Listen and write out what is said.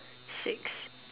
six